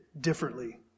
differently